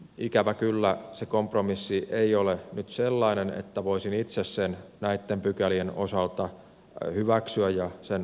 ikävä kyllä se kompromissi ei ole nyt sellainen että voisin itse sen näitten pykälien osalta hyväksyä ja sen allekirjoittaa